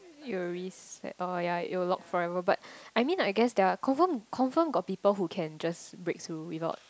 it will reset like oh ya it will lock forever but I mean I guess there are confirm confirm got people who can just break through without